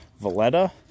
Valletta